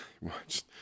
watched